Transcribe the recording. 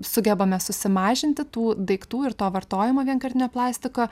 sugebame susimažinti tų daiktų ir to vartojamo vienkartinio plastiko